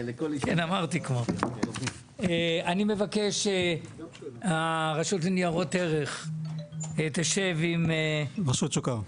אני מבקש שהרשות לניירות ערך תשב עם רשות שוק ההון